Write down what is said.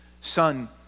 son